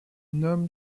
nome